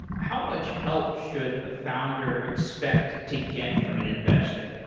how much help should a founder expect to get from an investor?